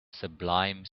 sublime